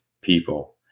people